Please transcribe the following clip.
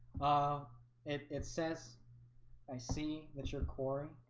ah it it says i see that you're corey